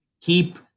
keep